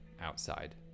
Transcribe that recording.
outside